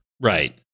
Right